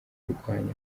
kurwana